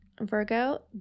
Virgo